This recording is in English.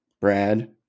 brad